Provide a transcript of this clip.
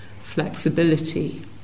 flexibility